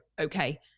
okay